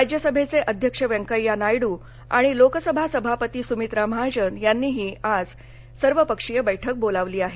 राज्यसभेचे अध्यक्ष व्यंकय्या नायडू आणि लोकसभा सभापती सुमित्रा महाजन यांनीही आज सर्व पक्षीय बैठक बोलावली आहे